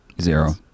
zero